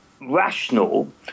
rational